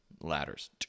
ladders